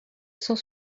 cent